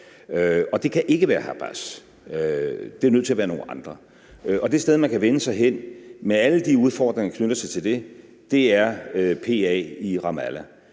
og det kan ikke være Hamas, men det er nødt til at være nogle andre, og det sted, man kan vende sig hen til, med alle de udfordringer, der knytter sig til det, er Det